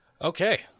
Okay